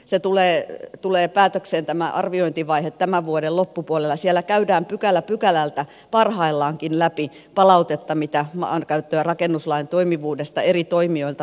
tämä arviointivaihe tulee päätökseen tämän vuoden loppupuolella ja siellä käydään pykälä pykälältä parhaillaankin läpi palautetta mitä maankäyttö ja rakennuslain toimivuudesta eri toimijoilta meille tulee